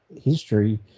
history